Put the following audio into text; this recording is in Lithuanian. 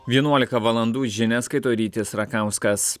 vienuolika valandų žinias skaito rytis rakauskas